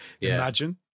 imagine